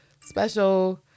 special